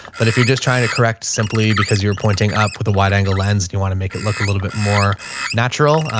but if you're just trying to correct simply because you're pointing up with a wide angle lens, do you want to make it look a little bit more natural?